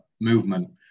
movement